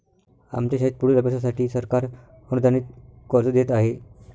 आमच्या शाळेत पुढील अभ्यासासाठी सरकार अनुदानित कर्ज देत आहे